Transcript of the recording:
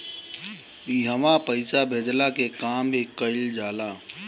इहवा पईसा भेजला के काम भी कइल जाला